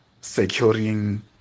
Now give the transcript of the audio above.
securing